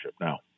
Now